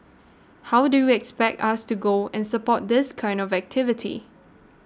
how do expect us to go and support this kind of activity